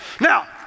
Now